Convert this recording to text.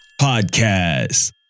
podcast